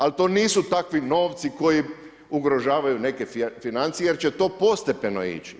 Ali to nisu takvi novci koji ugrožavaju neke financije jer će to postepeno ići.